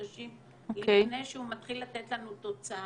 חודשים לפני שהוא מתחיל לתת לנו תוצר.